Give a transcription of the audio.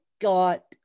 got